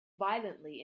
violently